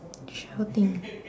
shouting